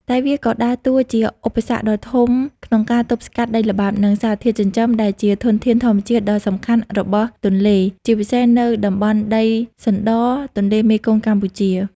តែវាក៏ដើរតួជាឧបសគ្គដ៏ធំក្នុងការទប់ស្កាត់ ដីល្បាប់ និងសារធាតុចិញ្ចឹម ដែលជាធនធានធម្មជាតិដ៏សំខាន់របស់ទន្លេ ជាពិសេសនៅតំបន់ដីសណ្ដរទន្លេមេគង្គកម្ពុជា។